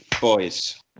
Boys